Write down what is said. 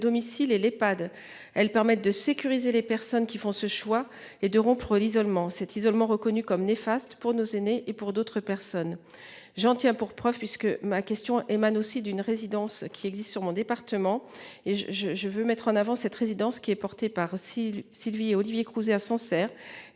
domicile et l'Epad, elles permettent de sécuriser les personnes qui font ce choix et de rompre l'isolement cet isolement reconnu comme néfaste pour nos aînés, et pour d'autres personnes. J'en tiens pour preuve puisque ma question émane aussi d'une résidence qui existe sur mon département et je je je veux mettre en avant cette résidence qui est porté par aussi Sylvie Olivier à Sancerre.